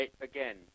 again